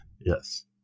Yes